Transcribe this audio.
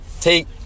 Take